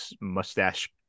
mustache